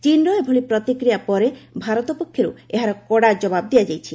ଚୀନର ଏଭଳି ପ୍ରତିକ୍ରିୟା ପରେ ଭାରତ ପକ୍ଷରୁ ଏହାର କଡ଼ା ଜବାବ ଦିଆଯାଇଛି